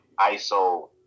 iso